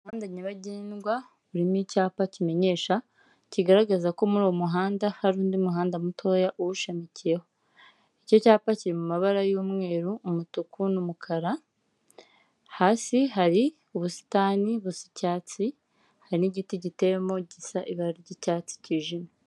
Umuhanda nyabagendwa urimo icyapa kimenyesha, kigaragaza ko muri uwo muhanda hari undi muhanda mutoya uwushamikiyeho. Icyo cyapa kiri mu mabara y'umweru, umutuku n'umukara, hasi hari ubusitani busa icyatsi, hari n'igiti giteyemo gisa ibara ry'icyatsi kijimye.